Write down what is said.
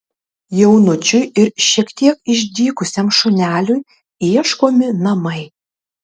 jaunučiui ir šiek tiek išdykusiam šuneliui ieškomi namai